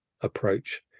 approach